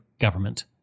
government